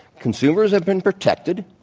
consumers have been protected.